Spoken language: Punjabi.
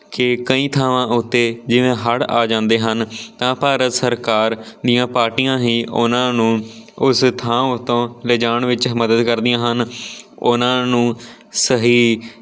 ਕਿ ਕਈ ਥਾਵਾਂ ਉੱਤੇ ਜਿਵੇਂ ਹੜ੍ਹ ਆ ਜਾਂਦੇ ਹਨ ਤਾਂ ਭਾਰਤ ਸਰਕਾਰ ਦੀਆਂ ਪਾਰਟੀਆਂ ਹੀ ਉਹਨਾਂ ਨੂੰ ਉਸ ਥਾਂ ਉੱਤੋਂ ਲੈ ਜਾਣ ਵਿੱਚ ਮਦਦ ਕਰਦੀਆਂ ਹਨ ਉਹਨਾਂ ਨੂੰ ਸਹੀ